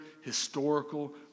historical